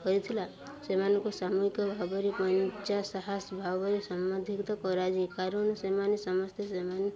ହୋଇଥିଲା ସେମାନଙ୍କୁ ସାମୁହିକ ଭାବରେ ପଞ୍ଚା ସାହସ ଭାବରେ ସମ୍ବନ୍ଧିତ କରାଯାଇ କାରଣ ସେମାନେ ସମସ୍ତେ ସେମାନେ